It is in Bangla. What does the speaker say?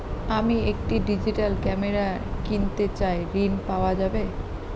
আমি একটি ডিজিটাল ক্যামেরা কিনতে চাই ঝণ পাওয়া যাবে?